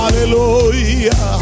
Hallelujah